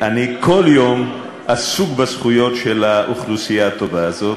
אני כל יום עסוק בזכויות של האוכלוסייה הטובה הזאת,